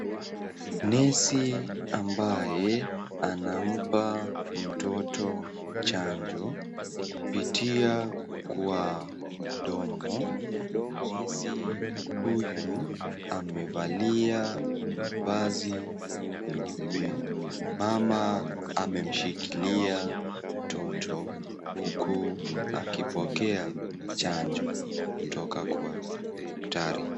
Nesi ambaye anampa mtoto chanjo kupitia kwa domo. Nesi huyu amevalia mavazi nyeupe. Mama amemshikilia mtoto huku akipokea chanjo kutoka kwa daktari.